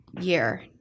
year